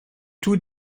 tout